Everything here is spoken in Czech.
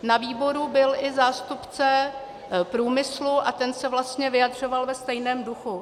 Na výboru byl i zástupce průmyslu a ten se vlastně vyjadřoval ve stejném duchu.